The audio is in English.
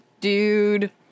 dude